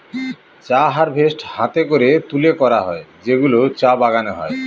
চা হারভেস্ট হাতে করে তুলে করা হয় যেগুলো চা বাগানে হয়